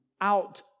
out